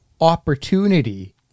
opportunity